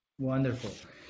wonderful